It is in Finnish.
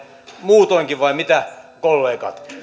muutoinkin vai mitä kollegat